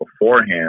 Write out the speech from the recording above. beforehand